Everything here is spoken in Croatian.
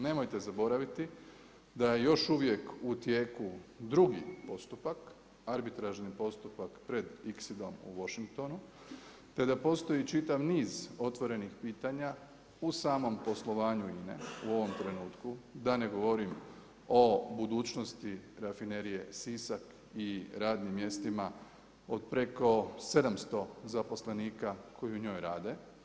Nemojte zaboraviti da je još uvijek u tijeku drugi postupak, arbitražni postupak pred OXID-om u Washingtonu, te da postoji čitav niz otvorenih pitanja u samom poslovanju INA-e u ovom trenutku, da ne govorim o budućnosti Rafinerije Sisak i radnim mjestima od preko 700 zaposlenika koji u njoj rade.